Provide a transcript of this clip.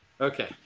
Okay